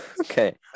Okay